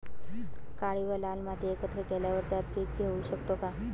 काळी व लाल माती एकत्र केल्यावर त्यात पीक घेऊ शकतो का?